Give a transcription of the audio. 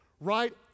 right